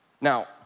Now